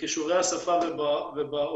בכישורי השפה ובאוריינות.